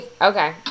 Okay